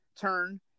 turn